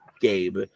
Gabe